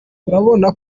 urabona